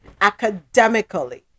academically